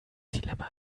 dilemma